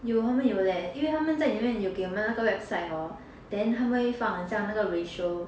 有他们有 leh 因为他们在里面有给我们那个 website hor then 他们会放很像那个 ratio